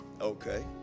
okay